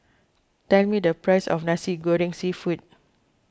tell me the price of Nasi Goreng Seafood